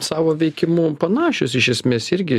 savo veikimu panašios iš esmės irgi